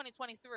2023